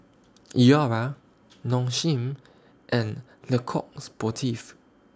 Iora Nong Shim and Le Coq Sportif